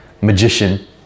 magician